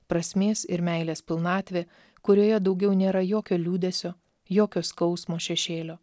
prasmės ir meilės pilnatvė kurioje daugiau nėra jokio liūdesio jokio skausmo šešėlio